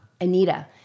Anita